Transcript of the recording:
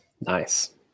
nice